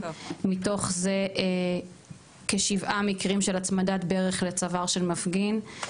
מתוך זה כשבעה מקרים של הצמדת ברך לצוואר של מפגין,